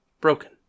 broken